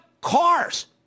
cars